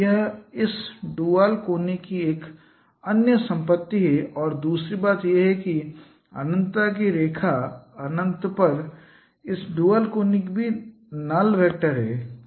यह इस dual conic की एक अन्य संपत्ति है और दूसरी बात यह है कि अनन्तता की रेखा अनंत पर इस ड्यूल कोनिक की नल्ल वेक्टर है